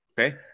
okay